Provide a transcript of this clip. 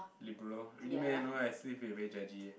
liberal really meh no lah I still feel like very judgey eh